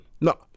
No